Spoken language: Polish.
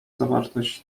zawartość